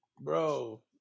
Bro